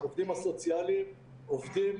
העובדים הסוציאליים עובדים.